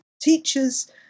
teachers